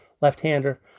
left-hander